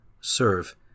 serve